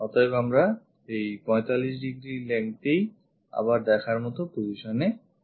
অতএব আমরা 45 degree length এ ই আবারও দেখার মতো position এ থাকবো